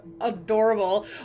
adorable